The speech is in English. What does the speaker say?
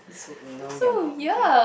so no you're not okay